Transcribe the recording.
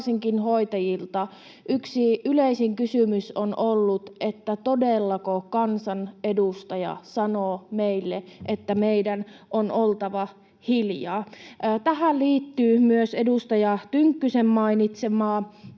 varsinkin hoitajilta. Yksi yleisin kysymys on ollut, että todellako kansanedustaja sanoo meille, että meidän on oltava hiljaa. Tähän liittyy myös edustaja Tynkkysen mainitsema